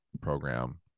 program